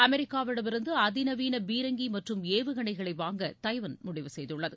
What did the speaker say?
அமெரிக்காவிடமிருந்துஅதிநவீனபீரங்கிமற்றும் ஏவுகணைகளைவாங்க தைவான் முடிவு செய்துள்ளது